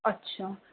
अच्छा